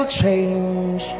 change